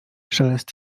szelest